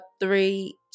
three